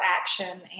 action